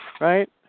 right